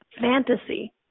fantasy